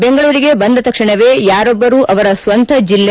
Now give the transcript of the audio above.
ಬೆಂಗಳೂರಿಗೆ ಬಂದ ತಕ್ಷಣವೇ ಯಾರೊಬ್ಲರೂ ಅವರ ಸ್ವಂತ ಜಿಲ್ಲೆ